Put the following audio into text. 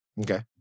Okay